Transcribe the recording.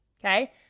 okay